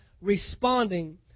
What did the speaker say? responding